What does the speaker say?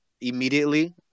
immediately